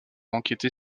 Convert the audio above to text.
enquêter